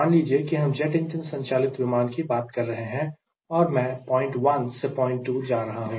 मान लीजिए कि हम जेट इंजन संचालित विमान की बात कर रहे हैं और मैं पॉइंट 1 से पॉइंट 2 पर जा रहा हूं